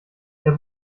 der